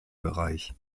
bereich